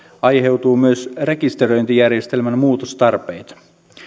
aiheutuu myös rekisteröintijärjestelmän muutostarpeita